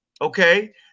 okay